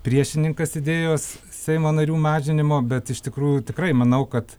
priešininkas idėjos seimo narių mažinimo bet iš tikrųjų tikrai manau kad